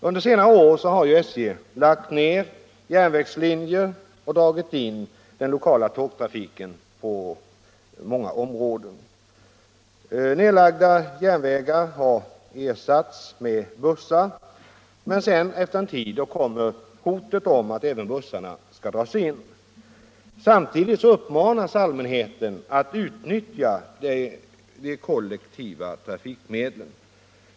Under senare år har ju SJ lagt ned järnvägslinjer och dragit in den lokala tågtrafiken på många områden. De nedlagda järnvägarna har ersatts med bussar, men efter en tid kommer hotet om att även bussarna skall dras in. Samtidigt uppmanas allmänheten att utnyttja de kollektiva trafikmedlen.